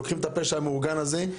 הם לוקחים את הפשע המאורגן הזה,